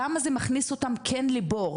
למה זה מכניס אותם כן לבור?